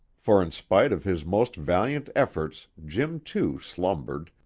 for in spite of his most valiant efforts jim, too, slumbered,